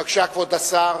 בבקשה, כבוד השר.